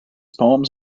poems